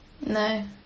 No